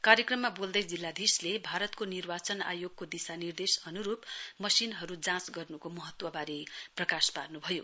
कार्यक्रममा बोल्दै जिल्लाधीशले भारतको निर्वाचन आयोगको दिशानिर्देश अनुरुप मशिनहरु जाँच गर्नुको महत्ववारे प्रकाश पार्नुभयो